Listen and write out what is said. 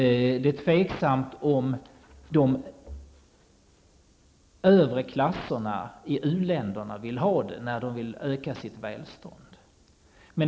Det är tveksamt om de övre klasserna i u-länderna vill ha det, när de vill öka sitt välstånd.